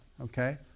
Okay